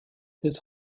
bis